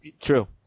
True